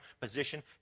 position